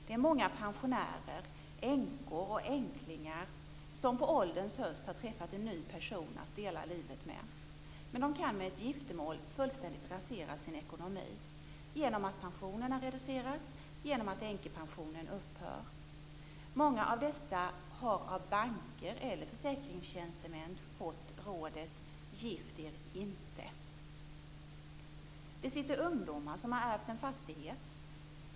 Det är många pensionärer, änkor och änklingar, som på ålderns höst har träffat en ny person att dela livet med. Men de kan med ett giftermål fullständigt rasera sin ekonomi genom att pensionerna reduceras och genom att änkepensionen upphör. Många av dessa har av banker eller försäkringstjänstemän fått rådet: Gift er inte! Det finns ungdomar som har ärvt en fastighet.